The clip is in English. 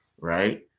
right